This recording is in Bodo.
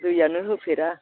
दैयानो होफेरा